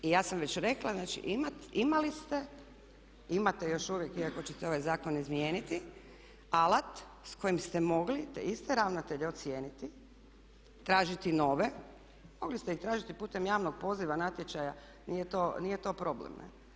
I ja sam već rekla, znači imali ste, imate još uvijek iako ćete ovaj zakon izmijeniti alata s kojim ste mogli te iste ravnatelje ocijeniti, tražiti nove, mogli ste ih tražiti putem javnog poziva, natječaja, nije to problem.